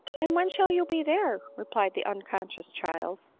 and when shall you be there? replied the uncon scious child,